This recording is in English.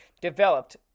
developed